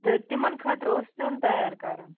تہٕ تِمَن خٲطرٕ اوس سیُن تیار کَرُن